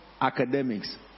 academics